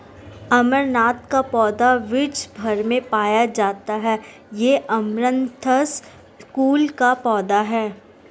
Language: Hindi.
अमरनाथ का पौधा विश्व् भर में पाया जाता है ये अमरंथस कुल का पौधा है